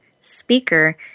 speaker